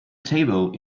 table